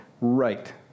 Right